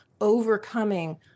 overcoming